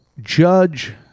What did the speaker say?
Judge